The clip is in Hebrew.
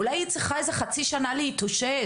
אולי היא צריכה איזה חצי שנה להתאושש?